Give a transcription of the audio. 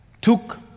took